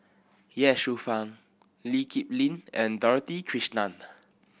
Ye Shufang Lee Kip Lin and Dorothy Krishnan